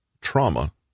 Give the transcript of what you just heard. Trauma